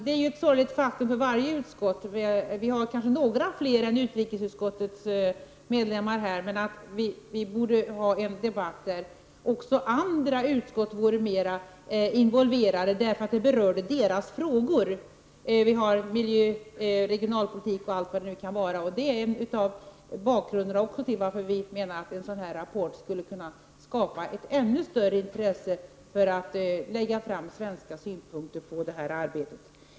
Det finns kanske några fler än utrikesutskottets medlemmar här i kammaren. Vi borde dock ha en debatt där också andra utskott vore mera involverade, eftersom frågorna berör deras område. Det gäller t.ex. regionalpolitik. Detta är ett sorgligt faktum för varje utskott. Det är också en bakgrund till varför vi menar att en sådan här rapport skulle kunna skapa ett ännu större intresse för att lägga fram svenska synpunkter på arbetet.